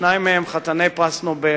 שניים מהם חתני פרס נובל,